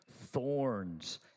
Thorns